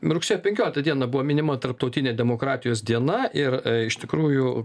rugsėjo penkioliktą dieną buvo minima tarptautinė demokratijos diena ir iš tikrųjų